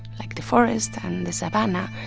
like the forest and the savannah.